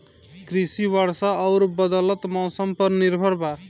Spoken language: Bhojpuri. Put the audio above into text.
कृषि वर्षा आउर बदलत मौसम पर निर्भर बा